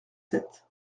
sept